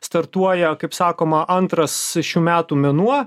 startuoja kaip sakoma antras šių metų mėnuo